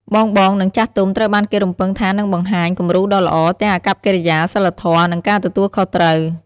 បងៗ និងចាស់ទុំត្រូវបានគេរំពឹងថានឹងបង្ហាញ គំរូដ៏ល្អ ទាំងអាកប្បកិរិយា សីលធម៌ និងការទទួលខុសត្រូវ។